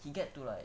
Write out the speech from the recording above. he get to like